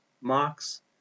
mocks